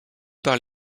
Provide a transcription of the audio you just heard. par